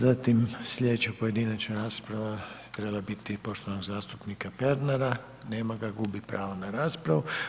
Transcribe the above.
Zatim, slijedeća pojedinačna rasprava trebala je biti poštovanog zastupnika Pernara, nema ga, gubi pravo na raspravu.